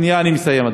שנייה ואני מסיים,